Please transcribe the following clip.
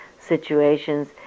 situations